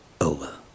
over